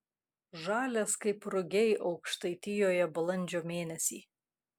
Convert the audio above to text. žalias kaip rugiai aukštaitijoje balandžio mėnesį